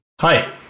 Hi